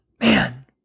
Man